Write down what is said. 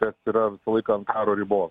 kas yra visą laiką ant karo ribos